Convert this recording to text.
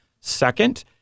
Second